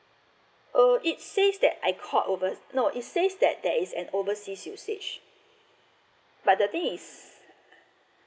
oh it says that I called over~ no it says that there is an overseas usage but the thing is